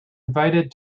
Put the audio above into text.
invited